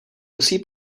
musí